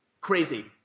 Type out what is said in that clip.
crazy